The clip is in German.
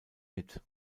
mit